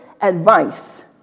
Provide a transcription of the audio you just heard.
advice